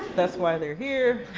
that's why they're here.